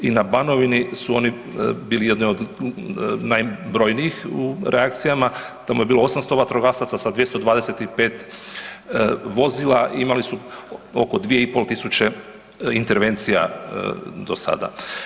I na Banovini su oni bili jedni od najbrojnijih u reakcijama, tamo je bilo 800 vatrogasaca sa 225 vozila, imali su oko 2500 intervencija do sada.